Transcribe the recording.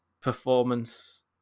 performance